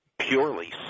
Purely